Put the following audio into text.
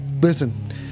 Listen